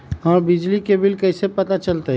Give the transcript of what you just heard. हमर बिजली के बिल कैसे पता चलतै?